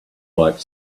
like